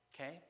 okay